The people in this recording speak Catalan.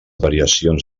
variacions